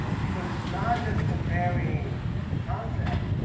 because it's not just comparing the concept,